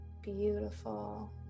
beautiful